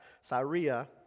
Syria